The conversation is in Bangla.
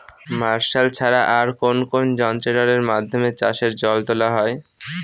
মার্শাল ছাড়া আর কোন কোন যন্ত্রেরর মাধ্যমে চাষের জল তোলা হয়?